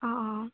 অ